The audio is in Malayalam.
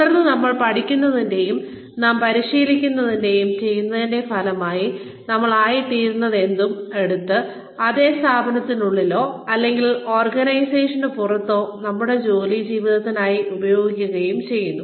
തുടർന്ന് നമ്മൾ പഠിക്കുന്നതിന്റെയും നാം പരിശീലിക്കുന്നതിന്റെയും ചെയ്യുന്നതിന്റെയും ഫലമായി നമ്മൾ ആയി തീരുന്നതെന്തും എടുത്ത് അതേ സ്ഥാപനത്തിനുള്ളിലോ അല്ലെങ്കിൽ ഓർഗനൈസേഷന് പുറത്തോ നമ്മുടെ ജോലി ജീവിതത്തിനായി ഉപയോഗിക്കുകയും ചെയ്യുന്നു